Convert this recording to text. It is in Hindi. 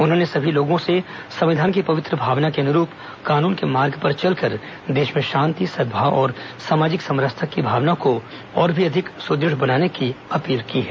उन्होंने सभी लोगों से संविधान की पवित्र भावना के अनुरूप कानून के मार्ग पर चलकर देश में शांति सद्भाव और सामाजिक समरसता की भावना को और भी अधिक सुदृढ़ बनाने की अपील की है